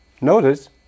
notice